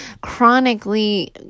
chronically